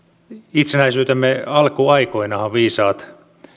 itsenäisyytemme alkuaikoinahan viisaat